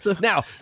Now